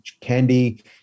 candy